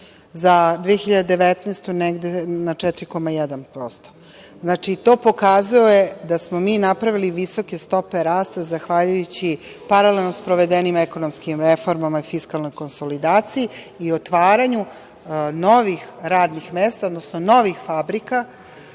za 2019. godinu negde na 4,1%. Znači, to pokazuje da smo mi napravili visoke stope rasta zahvaljujući paralelno sprovedenim ekonomskim reformama fiskalnoj konsolidaciji i otvaranju novih radnih mesta, odnosno novih fabrika,